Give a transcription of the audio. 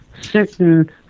certain